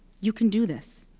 you can do this.